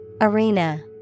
Arena